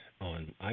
on